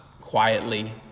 quietly